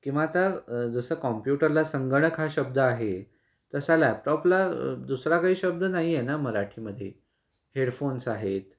किंवा आता जसं कॉम्प्युटरला संगणक हा शब्द आहे तसा लॅपटॉपला दुसरा काही शब्द नाही आहे ना मराठीमध्ये हेडफोन्स आहेत